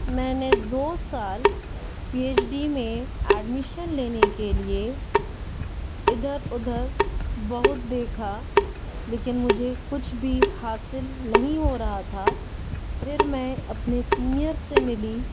میں نے دو سال پی ایچ ڈی میں ایڈمیشن لینے کے لیے اِدھر اُدھر بہت دیکھا لیکن مجھے کچھ بھی حاصل نہیں ہو رہا تھا پھر میں اپنے سینیئر سے ملی